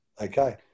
Okay